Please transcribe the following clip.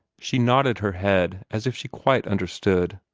she nodded her head as if she quite understood.